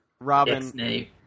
Robin